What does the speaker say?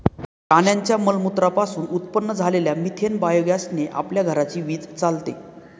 प्राण्यांच्या मलमूत्रा पासून उत्पन्न झालेल्या मिथेन बायोगॅस ने आपल्या घराची वीज चालते